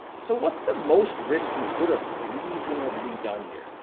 so, what's the most risk you could have reasonably done here?